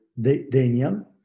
Daniel